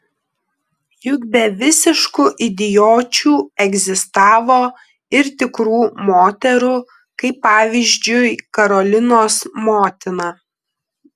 juk be visiškų idiočių egzistavo ir tikrų moterų kaip pavyzdžiui karolinos motina